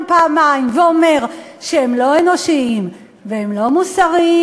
פעמיים ואומר שהם לא אנושיים והם לא מוסריים,